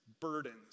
burdens